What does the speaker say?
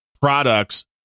products